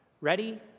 ready